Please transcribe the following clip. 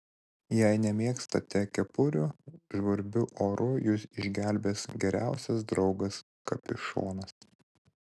jei nemėgstate kepurių žvarbiu oru jus išgelbės geriausias draugas kapišonas